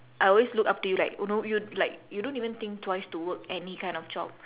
I always look up to you like you know you like you don't even think twice to work any kind of job